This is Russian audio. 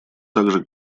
также